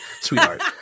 sweetheart